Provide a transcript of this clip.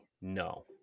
No